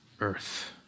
earth